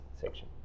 section